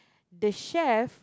the chef